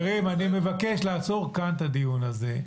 חברים, אני מבקש לעצור כאן את הדיון הזה.